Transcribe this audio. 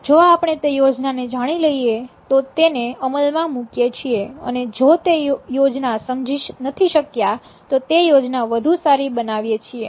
જો આપણે તે યોજનાને જાણી લઈએ તો તેને અમલમાં મૂકીએ છીએ અને જો તે યોજના સમજી નથી શક્યા તો તે યોજના વધુ સારી બનાવીએ છીએ